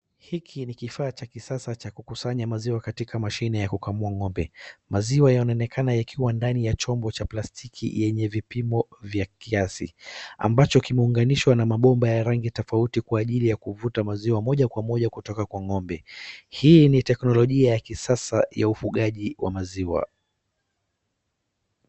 Hiki ni kifaa cha kisasa cha kukusanya maziwa katika mashine ya kukamua ngombe maziwa yanaonekana yakiwa ndani ya chombo cha plastiki yenye vipimo vya kiasi ambacho kimeunganishwa na mabomba ya rangi tofauti kwa ajili ya kuvuta maziwa moja kwa moja kutoka kwa ngombe hii ni teknolojia ya kisasa ya ufugaji wa maziwa .